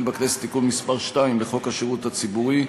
בכנסת תיקון מס' 2 לחוק השידור הציבורי.